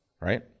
right